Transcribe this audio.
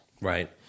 Right